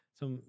som